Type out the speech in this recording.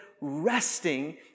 resting